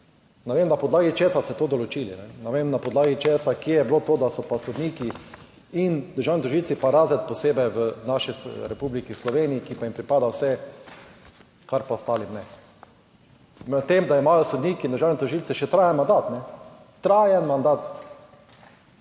na podlagi česa ste to določili, ne vem na podlagi česa, kje je bilo to, da so pa sodniki in državni tožilci, pa razred posebej v naši Republiki Sloveniji, ki pa jim pripada vse kar pa ostalim ne. Med tem, da imajo sodniki in državni tožilci še trajen mandat, ne, trajen mandat!